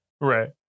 right